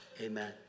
amen